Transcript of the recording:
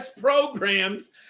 programs